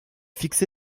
fixé